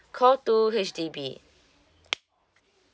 call two H_D_B